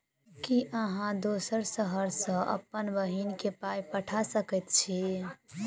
की अहाँ दोसर शहर सँ अप्पन बहिन केँ पाई पठा सकैत छी?